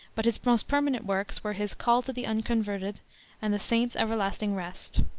but his most permanent works were his call to the unconverted and the saints' everlasting rest.